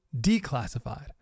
declassified